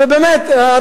ובאמת,